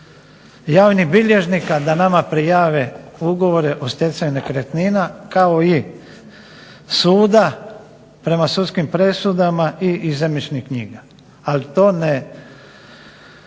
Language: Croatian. javnih bilježnika da nama prijave ugovore o stjecanju nekretnina kao i suda prema sudskim presudama iz zemljišnih knjiga. Ali to ne